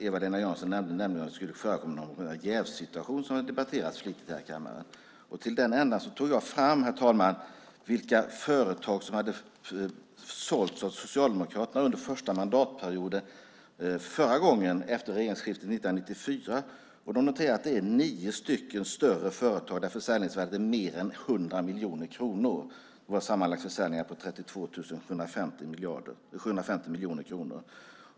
Eva-Lena Jansson nämnde också det skulle kunna förekomma någon jävssituation, och detta har debatterats flitigt här i kammaren. Herr talman! Till den ändan tog jag fram vilka företag som såldes av Socialdemokraterna under den första mandatperioden efter regeringsskiftet 1994. Jag noterar att det är nio större företag, där försäljningsvärdet är mer än 100 miljoner kronor. Det var sammanlagt försäljningar för 32 750 miljoner kronor.